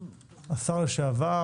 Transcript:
השר לשעבר